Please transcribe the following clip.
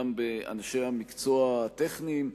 גם באנשי המקצוע הטכניים,